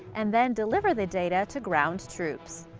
and then deliver the data to ground troops.